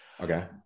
Okay